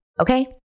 Okay